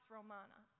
Romana